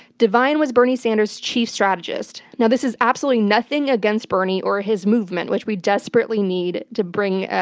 devine was bernie sanders' chief strategist. now this is absolutely nothing against bernie or his movement, which we desperately need to bring